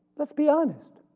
let's be honest,